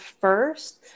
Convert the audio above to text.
first